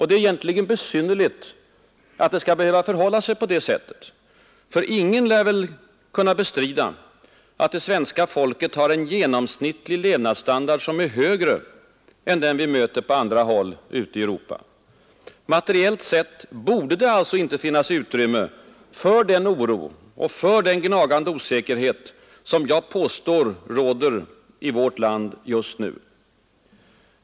Det är egentligen besynnerligt att det skall behöva förhålla sig på det sättet, för ingen lär väl kunna bestrida att det svenska folket har en genomsnittlig levnadsstandard, som är högre än den vi möter på andra håll ute i Europa. Materiellt sett borde det alltså inte finnas utrymme för den oro och för den gnagande osäkerhet som jag påstår råder i vårt land just nu.